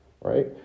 right